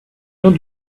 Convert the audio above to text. not